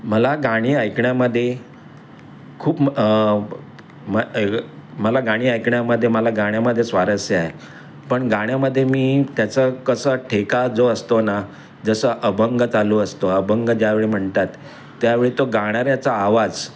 मला गाणी ऐकण्यामध्ये खूप मला गाणी ऐकण्यामध्ये मला गाण्यामध्ये स्वारस्य आहे पण गाण्यामध्ये मी त्याचा कसं ठेका जो असतो ना जसं अभंग चालू असतो अभंग ज्यावेळी म्हणतात त्यावेळी तो गाण्याऱ्याचा आवाज